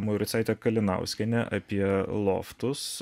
mauricaite kalinauskiene apie loftus